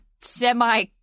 semi